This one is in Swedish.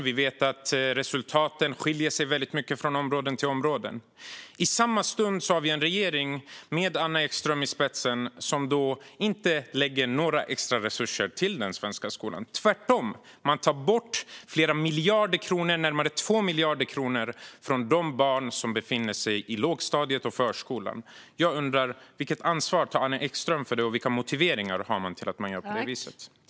Vi vet att resultaten skiljer sig väldigt mycket från område till område. I samma stund har vi en regering, med Anna Ekström i spetsen, som inte lägger några extra resurser till den svenska skolan. Tvärtom tar man bort närmare 2 miljarder kronor från de barn som går på lågstadiet och i förskolan. Jag undrar: Vilket ansvar tar Anna Ekström för detta, och vilka är motiveringarna till att man gör på det viset?